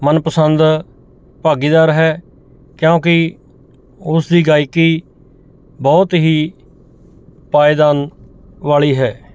ਮਨਪਸੰਦ ਭਾਗੀਦਾਰ ਹੈ ਕਿਉਂਕਿ ਉਸ ਦੀ ਗਾਇਕੀ ਬਹੁਤ ਹੀ ਪਾਏਦਾਨ ਵਾਲ਼ੀ ਹੈ